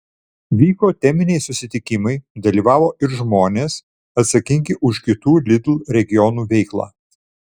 vyko teminiai susitikimai dalyvavo ir žmonės atsakingi už kitų lidl regionų veiklą